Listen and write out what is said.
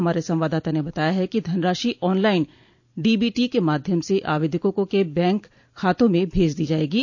हमारे संवाददाता ने बताया है कि धनराशि ऑनलाइन डीबीटी के माध्यम से आवेदकों के बैंक खातों में भेज दी जाएगो